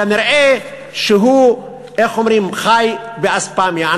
כנראה הוא חי באספמיה.